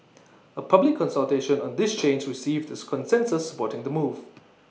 A public consultation on this change received A consensus supporting the move